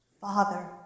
Father